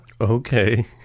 okay